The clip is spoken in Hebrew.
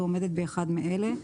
ועומדת באחד מאלה: